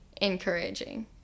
encouraging